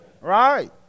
Right